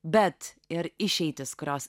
bet ir išeitis kurios